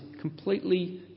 completely